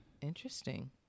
Interesting